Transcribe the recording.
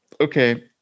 Okay